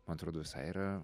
man atrodo visai yra